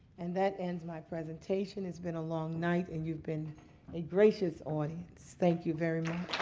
and that ends my presentation. it's been a long night. and you've been a gracious audience. thank you very much.